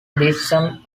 decisions